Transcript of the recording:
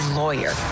lawyer